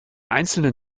einzelnen